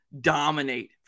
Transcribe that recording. dominate